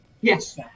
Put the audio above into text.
Yes